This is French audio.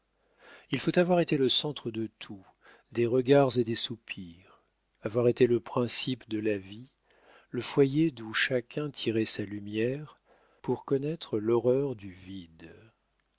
il faut avoir été le centre de tout des regards et des soupirs avoir été le principe de la vie le foyer d'où chacun tirait sa lumière pour connaître l'horreur du vide